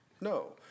No